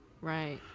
right